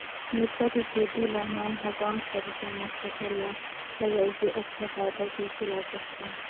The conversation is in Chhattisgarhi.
मिरचा के खेती ला मै ह कम खरचा मा फसल ला लगई के अच्छा फायदा कइसे ला सकथव?